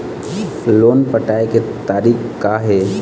Loan पटाए के तारीख़ का हे?